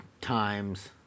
times